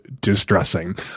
distressing